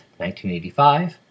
1985